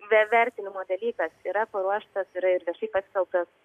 be vertinimo dalykas yra paruoštas yra ir viešai paskelbtas